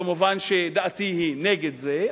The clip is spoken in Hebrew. כמובן שדעתי היא נגד זה,